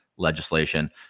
legislation